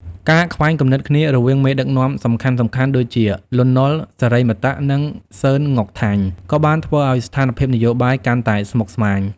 ការខ្វែងគំនិតគ្នារវាងមេដឹកនាំសំខាន់ៗ ដូចជា លន់ នល់ សិរីមតៈ និងសឺន ង៉ុកថាញ់ ក៏បានធ្វើឱ្យស្ថានភាពនយោបាយកាន់តែស្មុគស្មាញ។